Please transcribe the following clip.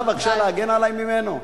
את מוכנה בבקשה להגן עלי ממנו?